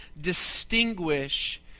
distinguish